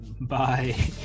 Bye